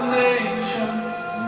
nations